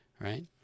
right